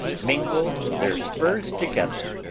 mingle their spurs together.